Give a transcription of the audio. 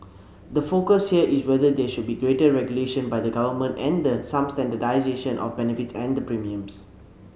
the focus here is whether there should be greater regulation by the government and the some standardisation of benefits and the premiums